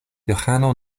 johano